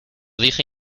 dije